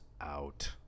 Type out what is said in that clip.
out